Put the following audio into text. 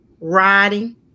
riding